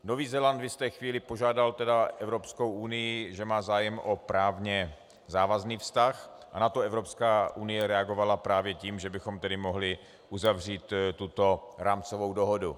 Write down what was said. Nový Zéland v jisté chvíli požádal Evropskou unii, že má zájem o právně závazný vztah, a na to Evropská unie reagovala právě tím, že bychom tedy mohli uzavřít tuto rámcovou dohodu.